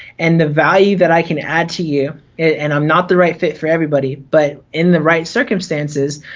and the value that i can add to you and i'm not the right fit for everybody, but in the right circumstances,